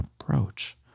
approach